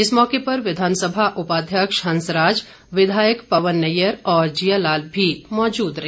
इस मौके पर विधानसभा उपाध्यक्ष हंसराज विधायक पवन नैयर और जियालाल भी मौजूद रहे